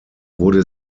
wurde